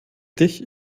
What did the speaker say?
dich